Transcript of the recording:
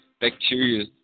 bacteria